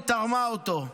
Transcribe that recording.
היא תרמה אותו.